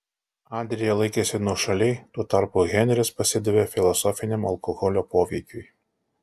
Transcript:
adrija laikėsi nuošaliai tuo tarpu henris pasidavė filosofiniam alkoholio poveikiui